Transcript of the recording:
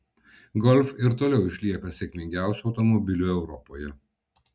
golf ir toliau išlieka sėkmingiausiu automobiliu europoje